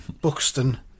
Buxton